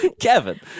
Kevin